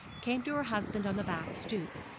came to her husband on the back stoop.